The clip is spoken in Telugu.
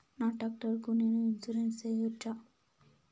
నా టాక్టర్ కు నేను ఇన్సూరెన్సు సేయొచ్చా?